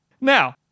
Now